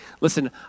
Listen